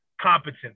competent